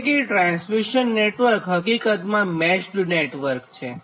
એટલે કે transmission network હકીકતમાં મેશ્ડ નેટવર્ક છે